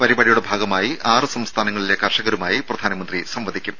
പരിപാടിയുടെ ഭാഗമായി ആറ് സംസ്ഥാനങ്ങളിലെ കർഷകരുമായി പ്രധാനമന്ത്രി സംവദിക്കും